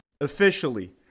officially